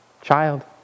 child